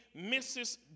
Mrs